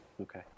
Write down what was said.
Okay